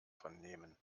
vernehmen